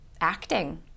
acting